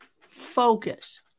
focus